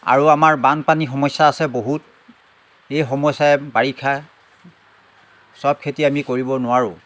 আৰু আমাৰ বানপানী সমস্যা আছে বহুত এই সমস্যাই বাৰিষা চব খেতি আমি কৰিব নোৱাৰোঁ